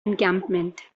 encampment